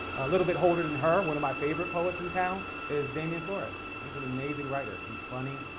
a little bit older than her, one of my favorite poets in town is damien flores. he's an amazing writer. he's funny.